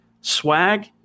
Swag